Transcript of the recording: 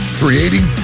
creating